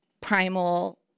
primal